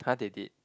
[huh] they did